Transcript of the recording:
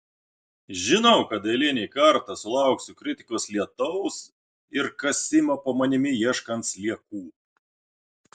žinau kad eilinį kartą sulauksiu kritikos lietaus ir kasimo po manimi ieškant sliekų